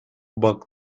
back